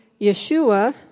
Yeshua